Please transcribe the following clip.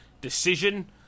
Decision